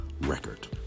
record